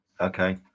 Okay